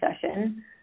session